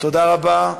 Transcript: תודה רבה.